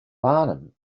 barnum